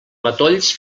matolls